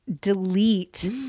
delete